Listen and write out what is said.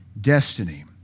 destiny